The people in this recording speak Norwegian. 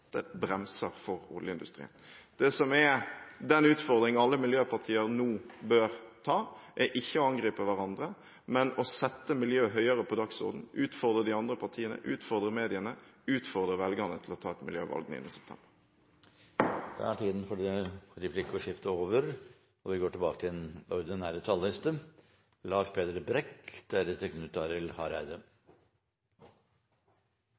bremser for oljeindustrien. Den utfordringen alle miljøpartier nå bør ta, er ikke å angripe hverandre, men å sette miljøet høyere på dagsordenen, utfordre de andre partiene, utfordre mediene, og utfordre velgerne til å ta et miljøvalg 9. september. Replikkordskiftet er omme. Utviklingen i Europa og todelingen i norsk økonomi danner bakteppet for revidert nasjonalbudsjett. Det er stor grunn til bekymring for særlig den